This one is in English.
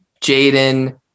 Jaden